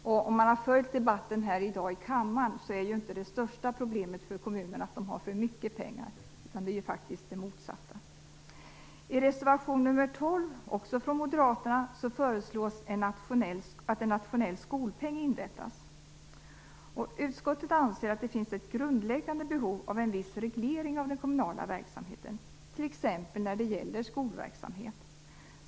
Den som har följt debatten i kammaren här i dag vet att kommunernas största problem inte är att de har för mycket pengar. Deras problem är faktiskt det motsatta. I reservation nr 12, också från moderaterna, föreslås att en nationell skolpeng inrättas. Utskottet anser att det finns ett grundläggande behov av en viss reglering av den kommunala verksamheten, t.ex. när det gäller skolverksamhet.